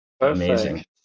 amazing